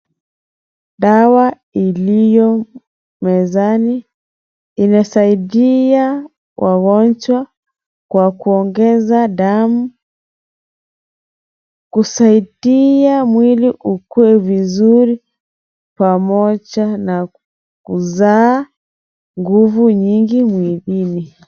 Dawa iliyo mezani ,imesaidia wagonjwa kwa kuongeza damu, kusaidia mwili ukue vizuri, pamoja na kuzaa nguvu nyingi mwilini.